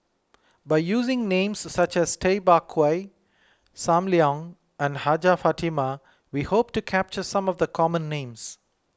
by using names such as Tay Bak Koi Sam Leong and Hajjah Fatimah we hope to capture some of the common names